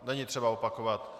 Není třeba opakovat.